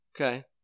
Okay